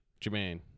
Jermaine